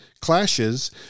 clashes